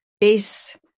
base